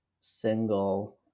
single